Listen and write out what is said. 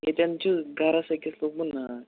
ییٚتٮ۪ن چھُ گَرَس أکِس لوٚگمُت نار